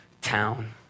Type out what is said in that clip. town